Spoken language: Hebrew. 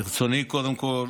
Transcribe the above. ברצוני קודם כול